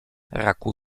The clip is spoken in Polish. raku